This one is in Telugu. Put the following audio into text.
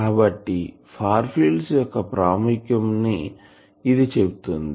కాబట్టి ఫార్ ఫీల్డ్స్ యొక్క ప్రాముఖ్యం ని ఇది చెప్తుంది